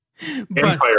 Empire